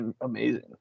amazing